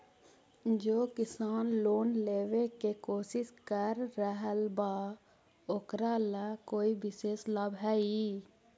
जे किसान लोन लेवे के कोशिश कर रहल बा ओकरा ला कोई विशेष लाभ हई?